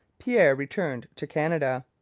pierre returned to canada.